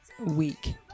week